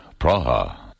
Praha